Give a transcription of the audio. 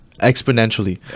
exponentially